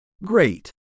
Great